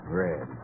red